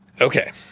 Okay